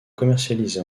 commercialisé